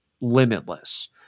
limitless